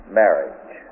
marriage